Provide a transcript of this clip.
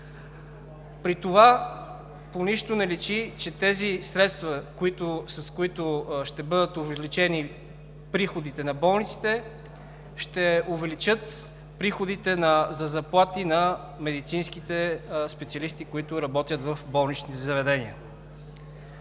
При това по нищо не личи, че тези средства, с които ще бъдат увеличени приходите на болниците, ще увеличат приходите за заплати на медицинските специалисти, които работят в болничните заведения.